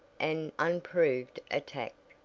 an unprovoked attack